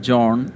John